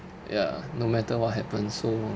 ya no matter what happens so